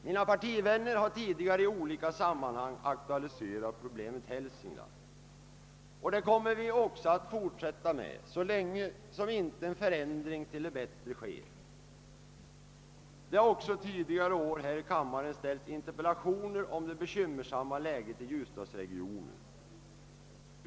Mina partivänner har tidigare i olika sammanhang aktualiserat problemet Hälsingland, och det kommer vi att fortsätta med så länge inte en förändring till det bättre sker. Det har också tidigare i år här i kammaren framställts interpellationer om det bekymmersamma läget i ljusdalsregionen.